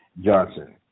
Johnson